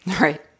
Right